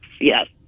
yes